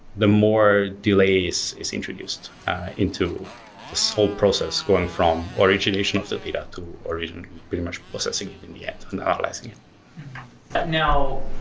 the more delays is introduced into this whole process going from origination of the data to or even pretty much processing it in the end and analyzing it. now,